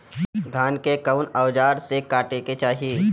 धान के कउन औजार से काटे के चाही?